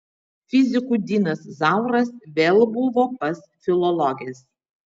fizikų dinas zauras vėl buvo pas filologes